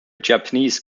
japanese